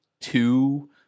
two